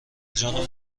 جان